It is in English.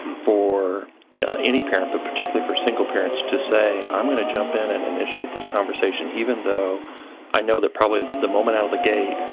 for any parent, but particularly for single parents to say, i'm going to jump in and initiate this conversation even though i know that probably the moment out of the gate,